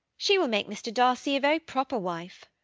she will make mr. darcy a very proper wife.